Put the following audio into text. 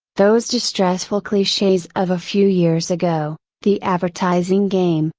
those distressful cliches of a few years ago, the advertising game,